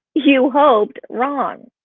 you hoped wrong.